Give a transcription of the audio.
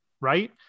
right